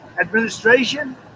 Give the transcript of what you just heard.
administration